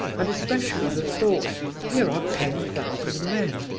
and especially the thought here are ten thousand men,